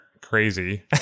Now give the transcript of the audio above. crazy